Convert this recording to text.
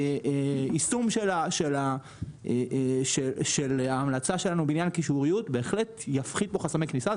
יישום של ההמלצה שלנו בעניין הקישוריות בהחלט יפחית בחסמי כניסה.